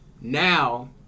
Now